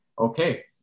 okay